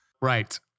Right